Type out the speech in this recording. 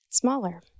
smaller